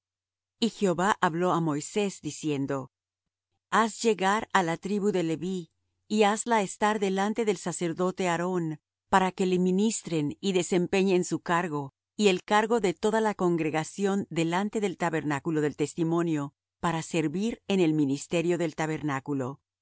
y jehová habló á moisés diciendo haz llegar á la tribu de leví y hazla estar delante del sacerdote aarón para que le ministren y desempeñen su cargo y el cargo de toda la congregación delante del tabernáculo del testimonio para servir en el ministerio del tabernáculo